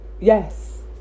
Yes